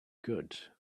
good